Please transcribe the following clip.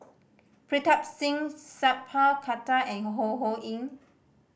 Pritam Singh Sat Pal Khattar and Ho Ho Ying